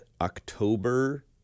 October